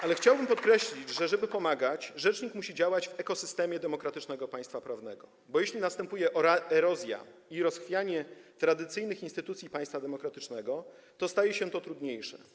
Ale chciałbym podkreślić, że żeby pomagać, rzecznik musi działać w ekosystemie demokratycznego państwa prawnego, bo jeśli następują erozja i rozchwianie tradycyjnych instytucji państwa demokratycznego, to staje się to trudniejsze.